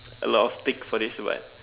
a lot of tick for this but